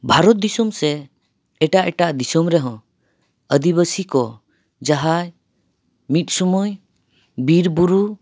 ᱵᱷᱟᱨᱚᱛ ᱫᱤᱥᱚᱢ ᱥᱮ ᱮᱴᱟᱜ ᱮᱴᱟᱜ ᱫᱤᱥᱚᱢ ᱨᱮᱦᱚᱸ ᱟᱹᱫᱤ ᱵᱟᱹᱥᱤ ᱠᱚ ᱡᱟᱦᱟᱸᱭ ᱢᱤᱫ ᱥᱳᱢᱳᱭ ᱵᱤᱨ ᱵᱩᱨᱩ